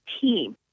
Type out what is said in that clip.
team